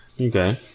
Okay